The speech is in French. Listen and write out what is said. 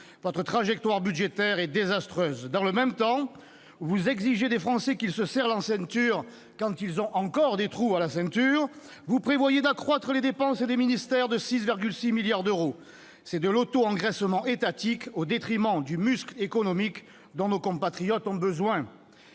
Votre trajectoire budgétaire est désastreuse. Dans le même temps où vous exigez des Français qu'ils se serrent la ceinture- quand elle a encore des trous pour ce faire !-, vous prévoyez d'accroître les dépenses des ministères de 6,6 milliards d'euros. C'est de l'auto-engraissement étatique, au détriment du muscle économique dont nos compatriotes ont pourtant